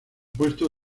puesto